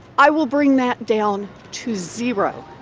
i will bring that down to zero.